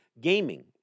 Gaming